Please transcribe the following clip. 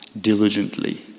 diligently